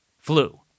flu